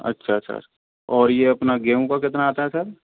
अच्छा सर और यह अपना गेहूं का कितना आता है सर